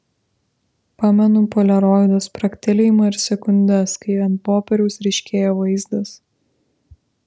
pamenu poliaroido spragtelėjimą ir sekundes kai ant popieriaus ryškėja vaizdas